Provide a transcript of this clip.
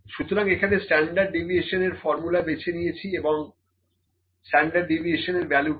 সুতরাং এখানে standard deviation এর ফর্মুলা বেছে নিয়েছি এবং স্ট্যান্ডার্ড ডেভিয়েশন এর ভ্যালুটা পেলাম 002